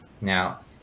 Now